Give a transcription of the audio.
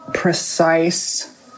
precise